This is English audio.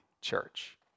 church